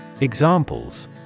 Examples